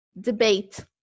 debate